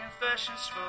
confessions